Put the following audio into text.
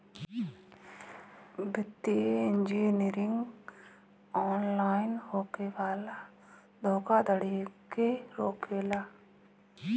वित्तीय engineering online होखे वाला धोखाधड़ी के रोकेला